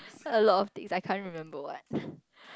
a lot of thing I can't remember what